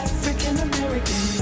African-American